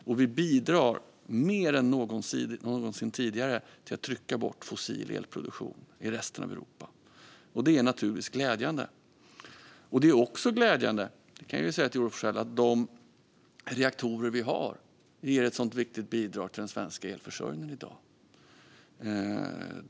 Och vi bidrar mer än någonsin tidigare till att trycka bort fossil elproduktion i resten av Europa. Det är naturligtvis glädjande. Det är också glädjande - det kan jag säga till Joar Forssell - att de reaktorer vi har ger ett viktigt bidrag till den svenska elförsörjningen i dag.